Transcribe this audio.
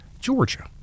Georgia